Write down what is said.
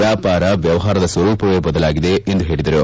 ವ್ಲಾಪಾರ ವ್ಲವಹಾರದ ಸ್ವರೂಪವೇ ಬದಲಾಗಿದೆ ಎಂದು ಹೇಳಿದರು